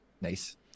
nice